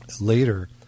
later